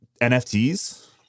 NFTs